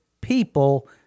people